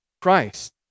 Christ